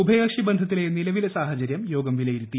ഉഭയകക്ഷി ബന്ധത്തിലെ നിലവിലെ സാഹചര്യം യോഗം വിലയിരുത്തി